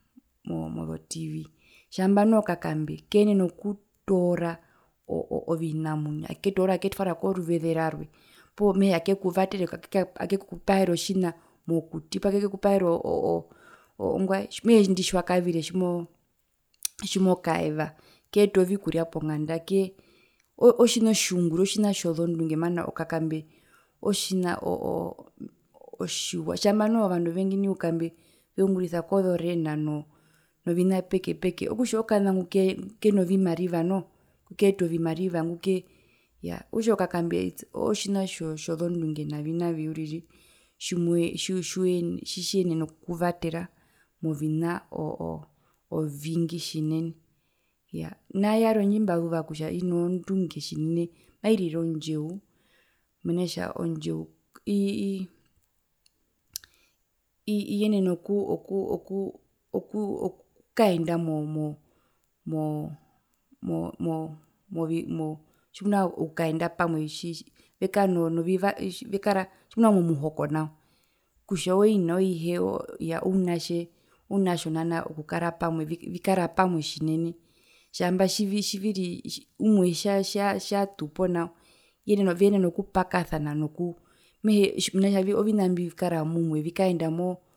Oo mozo tv tjamba noho okakambe keenena okutoora ovinamwinyo aketoora aketwara koruveze rwarwe poo noho akekuvatere akekupahera otjina mokuti mehee indi tjiwakavire tjimoo tjimokaeva keeta ovikurya ponganga kee otjina otjiungure otjina tjozondunge mana okakambe otjina otjiwa tjamba noho ovandu ovengi nai okambe veungurisa kozorena no novina peke peke okutja okana kukenovimariva noho kukeeta ovimariva nguke iya, okutja okakambe otjina tjozondunge navi navi uriri tjimwe tji tjitjiyenena okukuvatera movina o o ovingi tjinene iyaa. Ona yarwe ndjimbazuva kutja inozondunge tjinene mairire ondjeu mena rokutja ondjeu ii ii ii iyenena oku oku okukaenda mo mo mo mo mo movi mo tjimuna okukaenda pamwe tji tji vekara novi vekara tjimuna momuhoko nao okutja oina oihe ounatje ounatjona nao okukara pamwe vikara pamwe tjinene tjamba tji tji tjiviri umwe tjatja tjatu poo nao viyenena okupakasana nokuu mehe mena kutjavi ovina mbikara mumwe vikaenda mo